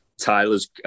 Tyler's